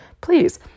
please